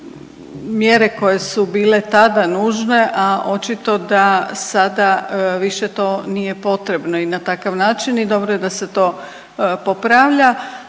mjere koje su bile tada nužne, a očito da sada to više nije potrebno i na takav način i dobro je da se to popravlja,